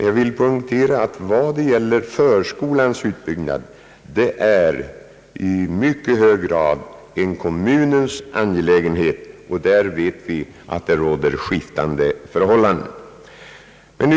Jag vill poängtera att förskolans utbyggnad är i mycket hög grad en kommunens angelägenhet. Vi vet att det råder skiftande förhållanden på detta område.